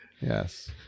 Yes